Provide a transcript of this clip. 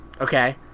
Okay